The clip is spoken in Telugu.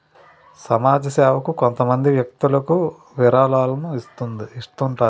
సమాజ సేవకు కొంతమంది వ్యక్తులు విరాళాలను ఇస్తుంటారు